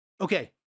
Okay